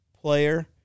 player